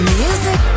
music